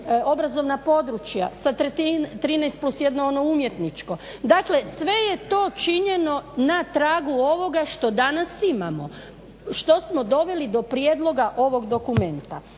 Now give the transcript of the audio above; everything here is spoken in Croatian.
obrazovna područja sa 13+1 ono umjetničko. Dakle sve je to činjeno na tragu ovoga što danas imamo, što smo doveli do prijedloga ovog dokumenta.